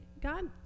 God